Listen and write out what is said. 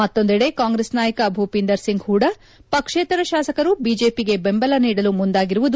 ಮತ್ತೊಂದೆಡೆ ಕಾಂಗ್ರೆಸ್ ನಾಯಕ ಭೂಪೀಂದರ್ ಸಿಂಗ್ ಹೂಡಾ ಪಕ್ಷೇತರ ಶಾಸಕರು ಬಿಜೆಪಿಗೆ ಬೆಂಬಲ ನೀಡಲು ಮುಂದಾಗಿರುವುದು